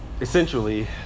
essentially